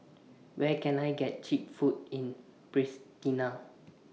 Where Can I get Cheap Food in Pristina